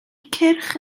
cyrch